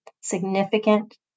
significant